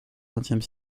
vingtième